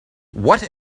what